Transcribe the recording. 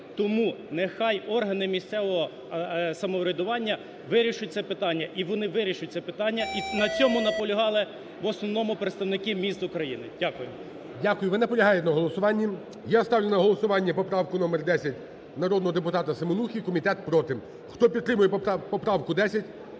Тому нехай органи місцевого самоврядування вирішать це питання. І вони вирішать це питання,і на цьому наполягали в основному представники міст України. Дякую. ГОЛОВУЮЧИЙ. Дякую. Ви наполягаєте на голосуванні? Я ставлю на голосування поправку номер 10 народного депутата Семенухи. Комітет проти. Хто підтримує поправку 10,